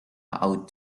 out